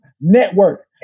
network